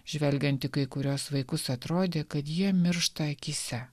žvelgiant į kai kuriuos vaikus atrodė kad jie miršta akyse